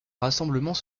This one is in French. rassemblement